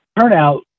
turnout